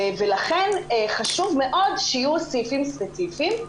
לכן חשוב מאוד שיהיו סעיפים ספציפיים.